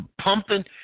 pumping